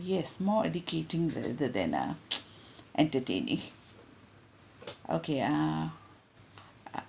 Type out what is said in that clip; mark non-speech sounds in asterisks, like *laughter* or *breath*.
yes more educating rather the than uh *breath* entertaining okay uh